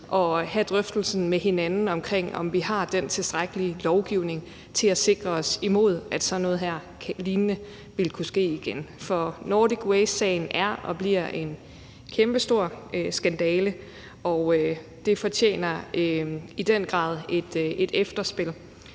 og have drøftelsen med hinanden om, om vi har den tilstrækkelige lovgivning til at sikre os imod, at noget lignende ville kunne ske igen. For Nordic Waste-sagen er og bliver en kæmpestor skandale, og det fortjener i den grad et efterspil.